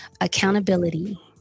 Accountability